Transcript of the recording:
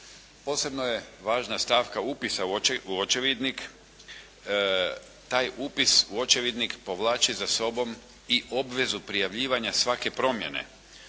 Posebno je važna stavka upisa u očevidnik. Taj upis u očevidnik povlači za sobom i obvezu prijavljivanja svake promjene.